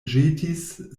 ĵetis